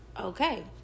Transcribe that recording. Okay